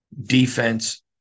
defense